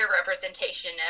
representation